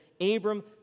Abram